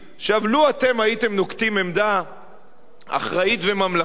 עכשיו, לו אתם הייתם נוקטים עמדה אחראית וממלכתית,